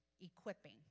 equipping